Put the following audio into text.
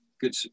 good